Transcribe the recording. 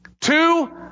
Two